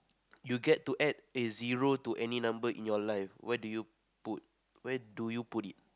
you get to add a zero to any number in your life where do you put where do you put it